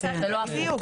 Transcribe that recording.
בדיוק.